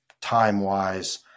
time-wise